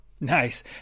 Nice